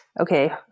okay